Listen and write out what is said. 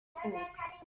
koga